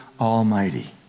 Almighty